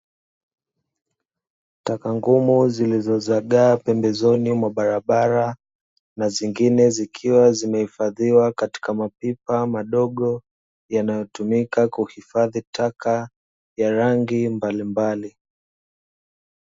Taka ngumu, zilizozagaa pembezoni mwa barabara, na zingine zikiwa zimehifadhiwa katika mapipa madogo, yanayotumika kuhifadhi taka ya rangi mbalimbali.